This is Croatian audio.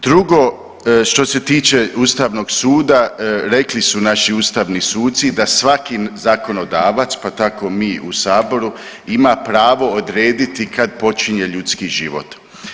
Drugo, što se tiče ustavnog suda, rekli su naši ustavni suci da svaki zakonodavac, pa tako mi u saboru ima pravo odrediti kad počinje ljudski život.